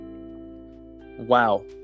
wow